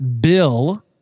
bill